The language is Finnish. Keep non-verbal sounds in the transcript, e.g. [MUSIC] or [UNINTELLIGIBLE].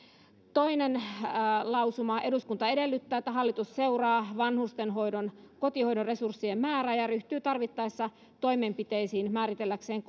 toinen lausuma eduskunta edellyttää että hallitus seuraa vanhustenhoidon kotihoidon resurssien määrää ja ryhtyy tarvittaessa toimenpiteisiin määritelläkseen [UNINTELLIGIBLE]